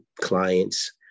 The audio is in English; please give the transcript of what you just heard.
clients